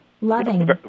loving